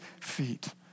feet